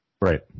Right